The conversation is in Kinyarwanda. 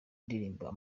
ndirimbo